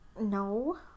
no